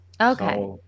Okay